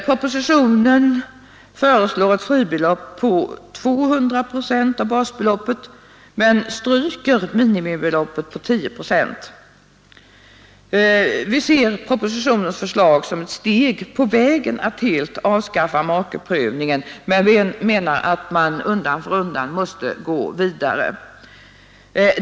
Propositionen föreslår ett fribelopp på 200 procent av basbeloppet men stryker minimibeloppet på 10 procent. Vi ser propositionens förslag som ett steg på vägen att helt avskaffa makeprövningen, men vi menar att man undan för undan måste gå vidare.